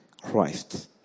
Christ